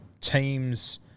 teams